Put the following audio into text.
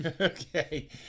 Okay